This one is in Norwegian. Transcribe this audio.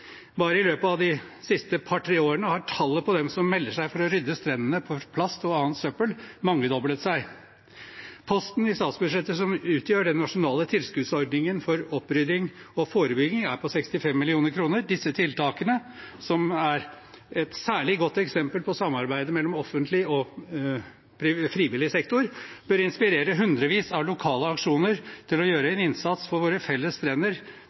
Bare i løpet av de siste par–tre årene har tallet på dem som melder seg for å rydde strendene for plast og annet søppel, mangedoblet seg. Posten i statsbudsjettet som utgjør den nasjonale tilskuddsordningen for opprydding og forebygging er på 65 mill. kr. Disse tiltakene, som er et særlig godt eksempel på samarbeidet mellom offentlig og frivillig sektor, bør inspirere hundrevis av lokale aksjoner til å gjøre en innsats for våre felles